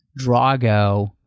Drago